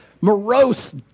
morose